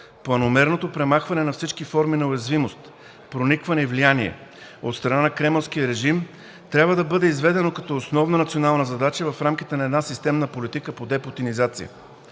Планомерното премахване на всички форми на уязвимост, проникване и влияние от страна на Кремълския режим трябва да бъде изведено като основна национална задача в рамките на една системна политика по депутинизация.